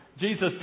Jesus